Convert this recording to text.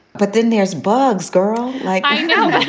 but then there's bugs girl like i know.